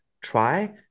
try